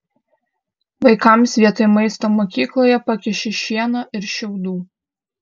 vaikams vietoj maisto mokykloje pakiši šieno ir šiaudų